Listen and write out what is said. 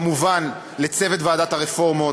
כמובן לצוות ועדת הרפורמות,